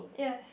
yes